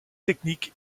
technique